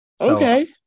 Okay